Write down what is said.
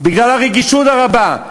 בגלל הרגישות הרבה.